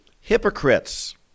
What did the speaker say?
hypocrites